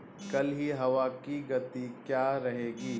कल की हवा की गति क्या रहेगी?